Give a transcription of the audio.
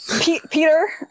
peter